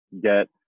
get